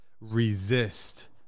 resist